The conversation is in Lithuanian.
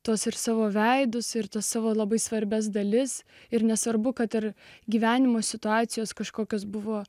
tos ir savo veidus ir tas savo labai svarbias dalis ir nesvarbu kad ir gyvenimo situacijos kažkokios buvo